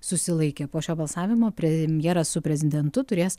susilaikė po šio balsavimo premjeras su prezidentu turės